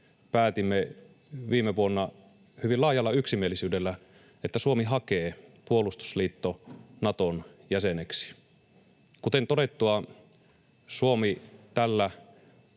päätimme viime vuonna hyvin laajalla yksimielisyydellä, että Suomi hakee puolustusliitto Naton jäseneksi. Kuten todettua, Suomi tällä